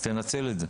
אז תנצל את זה.